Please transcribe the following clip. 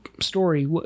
story